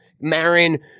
Marin